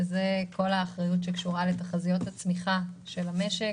שזה כל האחריות שקשורה לתחזיות הצמיחה של המשק,